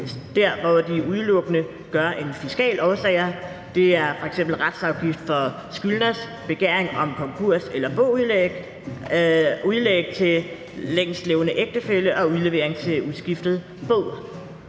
der, hvor den udelukkende er af fiskale årsager. Det er f.eks. retsafgift for skyldners begæring om konkurs eller boudlæg, udlæg til længstlevende ægtefælle og udlevering til uskiftet bo.